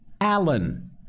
Allen